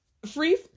Free